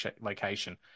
location